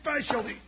specialty